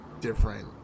different